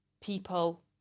people